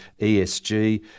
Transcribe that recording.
ESG